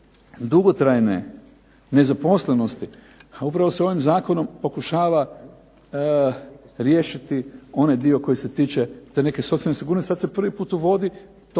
nezaposlenosti, pa upravo se ovim zakonom pokušava riješiti onaj dio koji se tiče te neke socijalne sigurnosti. Sada se prvi puta uvodi to